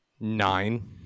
nine